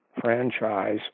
franchise